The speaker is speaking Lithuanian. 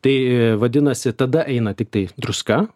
tai vadinasi tada eina tiktai druska